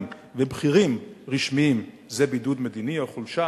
ובכירים רשמיים זה בידוד מדיני או חולשה?